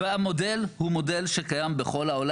והמודל הוא מודל שקיים בכל העולם.